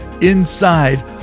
inside